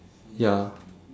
ya